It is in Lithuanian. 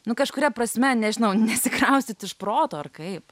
nu kažkuria prasme nežinau nesikraustyt iš proto ar kaip